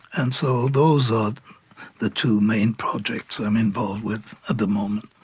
and so those are the two main projects i'm involved with at the moment.